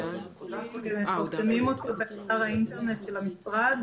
ושמים אותו באתר האינטרנט של המשרד.